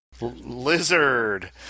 Lizard